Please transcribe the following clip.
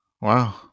Wow